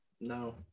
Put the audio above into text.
no